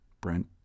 Brent